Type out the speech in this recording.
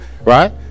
right